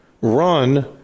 run